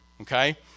okay